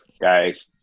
guys